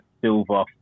silver